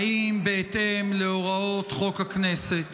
האם בהתאם להוראות חוק הכנסת